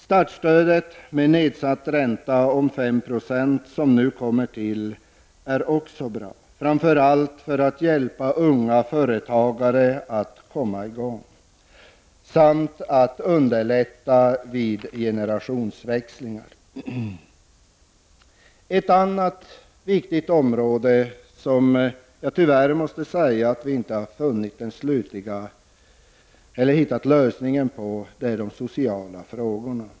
Startstödet med en nedsatt ränta på 5 70 som nu kommer till stånd är bra, framför allt för att kunna hjälpa unga företagare att komma i gång samt för att underlätta vid generationsväxlingar. Ett viktigt område inom vilket man inte uppnått en slutlig lösning gäller de sociala frågorna.